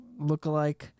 lookalike